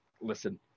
listen